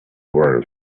world